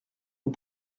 nos